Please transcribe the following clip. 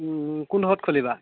কোনডোখৰত খুলিবা